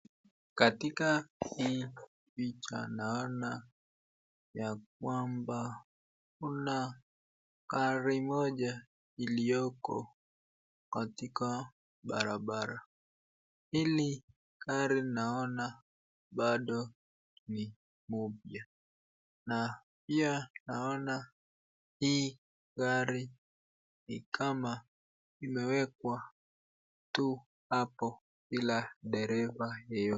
Katika hii picha naona yakwamba kuna gari moja iliyoko katika barabara hili. Gari naona bado ni mpya na pia naona hii gari ni kama imewekwa tu hapo bila dereva.